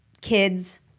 kids